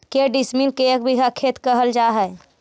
के डिसमिल के एक बिघा खेत कहल जा है?